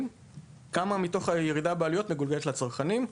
וכמה מתוך הירידה בעלויות מגולגלת לצרכנים.